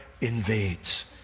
invades